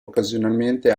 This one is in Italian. occasionalmente